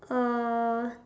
uh